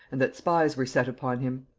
and that spies were set upon him.